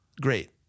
Great